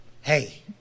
hey